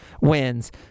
wins